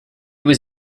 was